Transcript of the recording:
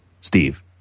Steve